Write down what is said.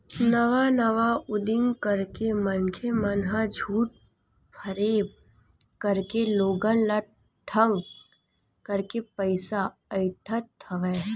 नवा नवा उदीम करके मनखे मन ह झूठ फरेब करके लोगन ल ठंग करके पइसा अइठत हवय